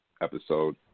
episode